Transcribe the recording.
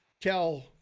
tell